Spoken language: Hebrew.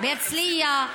בהרצליה,